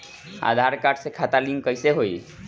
आधार card से खाता link कईसे होई?